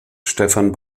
stephan